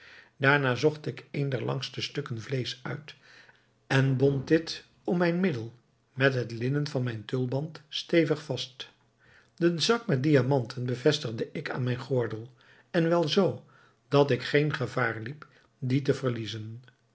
daarna zocht ik een der langste stukken vleesch uit en bond dit om mijne middel met het linnen van mijn tulband stevig vast den zak met diamanten bevestigde ik aan mijn gordel en wel zoo dat ik geen gevaar liep dien te verliezen